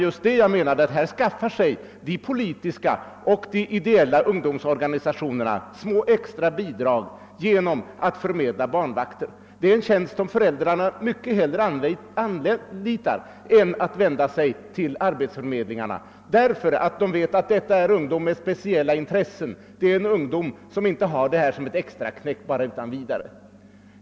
Jag nämnde att de politiska och ideella ungdomsorganisationerna skaffar sig små extra bidrag genom att förmedla barnvakter. Föräldrarna anlitar mycket hellre dessa ungdomars tjänster än de vänder sig till arbetsförmedlingarna, ty de vet att detta är ungdomar med speciella intressen som inte ta dessa uppdrag bara som ett extraknäck vilket som helst.